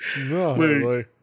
no